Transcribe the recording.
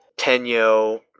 Tenyo